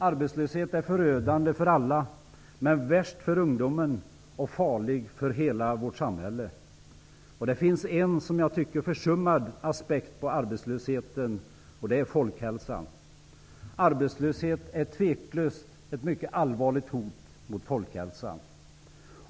Arbetslösheten är förödande för alla men värst för ungdomen och farlig för hela vårt samhälle. Det finns en, som jag tycker, försummad aspekt på arbetslösheten, och det är folkhälsan. Arbetslösheten är utan tvivel ett mycket allvarligt hot mot folkhälsan.